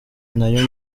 nayo